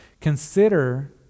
Consider